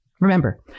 Remember